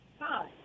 Hi